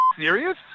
serious